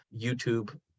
YouTube